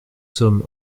sommes